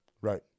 Right